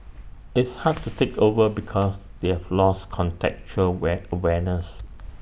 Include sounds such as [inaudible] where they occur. it's [noise] hard to take over because they have lost contextual wet wariness